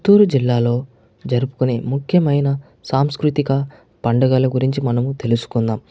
చిత్తూరు జిల్లాలో జరుపుకునే ముఖ్యమైన సాంస్కృతిక పండుగల గురించి మనం తెలుసుకుందాం